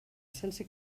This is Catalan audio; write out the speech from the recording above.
sense